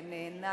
קיבל.